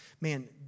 man